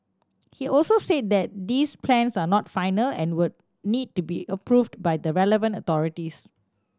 he also said that these plans are not final and would need to be approved by the relevant authorities